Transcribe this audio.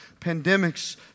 pandemics